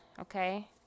okay